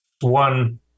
one